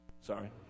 Sorry